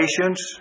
patience